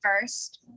first